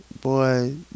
Boy